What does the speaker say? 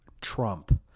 Trump